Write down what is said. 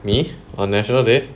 me on national day